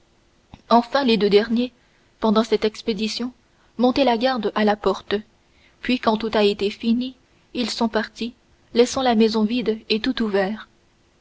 enfin les deux derniers pendant cette expédition montaient la garde à la porte puis quand tout a été fini ils sont partis laissant la maison vide et tout ouvert